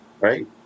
right